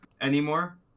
anymore